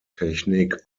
technique